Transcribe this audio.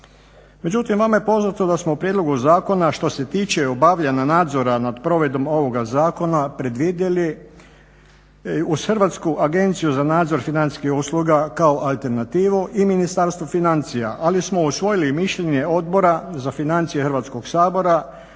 Međutim, vama je poznato da smo o prijedlogu zakona što se tiče obavljanja nadzora nad provedbom ovoga zakona predvidjeli uz Hrvatsku agenciju za nadzor financijskih usluga kao alternativu i Ministarstvo financija ali smo usvojili mišljenje Odbora za financije Hrvatskog sabora